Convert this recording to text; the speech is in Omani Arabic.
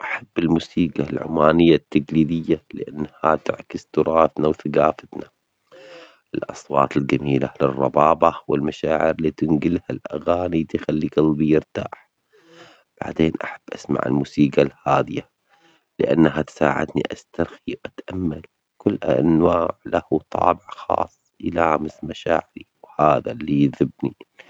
أحب الموسيجى العمانية التجريدية، لأنها تعكس تراثنا وثقافتنا الأصوات الجميلة، الربابة والمشاعر التنقل الأغاني تخلي جلبي يرتاح، بعدين أحب أسمع الموسيجى الهادية لأنها تساعدني أسترخي أتأمل، كل أنواع له طعم خاص يجعل مشاعري هذا التبغيه.